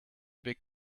big